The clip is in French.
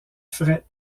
fret